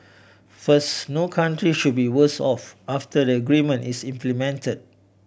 first no country should be worse off after the agreement is implement